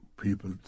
people